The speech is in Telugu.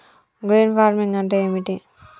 గ్రీన్ ఫార్మింగ్ అంటే ఏమిటి?